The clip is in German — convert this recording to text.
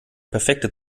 perfekte